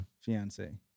Fiance